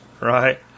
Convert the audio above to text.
right